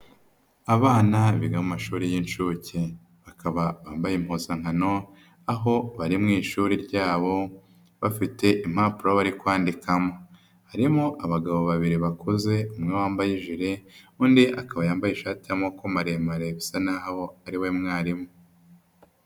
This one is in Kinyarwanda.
Abana biga amashuri y'inshuke bakaba bambaye impuzankano, aho bari mu ishuri ryabo, bafite impapuro bari kwandikamo. Harimo abagabo babiri bakuze, umwe wambaye ijire, undi akaba yambaye ishati y'amako maremare, bisa naho ari we mwarimu.